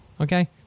Okay